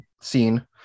scene